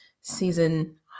season